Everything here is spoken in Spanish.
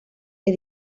que